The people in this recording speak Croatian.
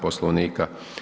Poslovnika.